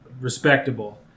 respectable